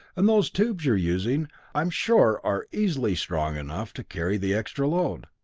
and those tubes you are using i'm sure are easily strong enough to carry the extra load.